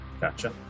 Gotcha